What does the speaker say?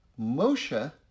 Moshe